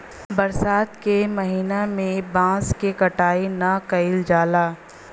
बरसात के महिना में बांस क कटाई ना कइल जाला